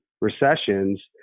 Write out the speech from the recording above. recessions